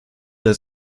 der